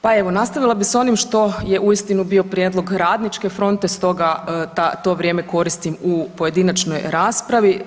Pa evo nastavila bi s onim što je uistinu bio prijedlog Radničke fronte, stoga to vrijeme koristim u pojedinačnoj raspravi.